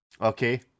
Okay